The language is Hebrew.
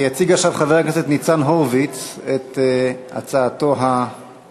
יציג עכשיו חבר הכנסת ניצן הורוביץ את הצעתו התאומה,